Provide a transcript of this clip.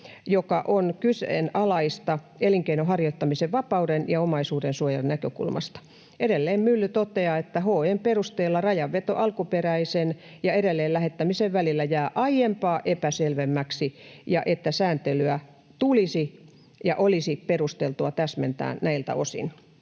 joka on kyseenalaista elinkeinon harjoittamisen vapauden ja omaisuudensuojan näkökulmasta.” Edelleen Mylly toteaa: ”HE:n perusteella rajanveto alkuperäisen ja edelleenlähettämisen välillä jää aiempaa epäselvemmäksi ja että sääntelyä tulisi ja olisi perusteltua täsmentää näiltä osin.”